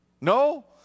No